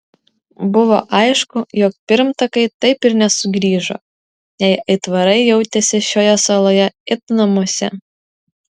buvo aišku jog pirmtakai taip ir nesugrįžo jei aitvarai jautėsi šioje saloje it namuose